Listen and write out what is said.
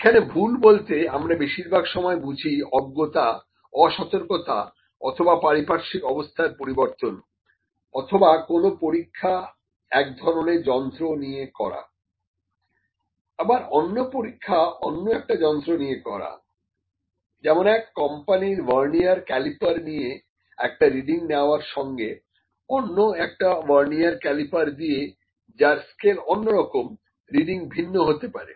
এখানে ভুল বলতে আমরা বেশিরভাগ সময় বুঝি অজ্ঞতা অসতর্কতা অথবা পারিপার্শ্বিক অবস্থার পরিবর্তন অথবা কোন পরীক্ষা এক ধরনের যন্ত্র নিয়ে করা আবার অন্য পরীক্ষা অন্য একটা যন্ত্র নিয়ে করা যেমন এক কোম্পানির ভার্নিয়ার ক্যালিপার্ নিয়ে একটা রিডিং নেওয়ার সঙ্গে অন্য একটা ভার্নিয়ার ক্যালিপার্ দিয়ে যার স্কেল অন্যরকম রিডিং ভিন্ন হতে পারে